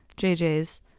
JJ's